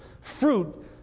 fruit